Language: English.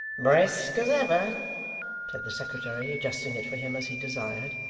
brisk as ever said the secretary, adjusting it for him as he desired.